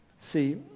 See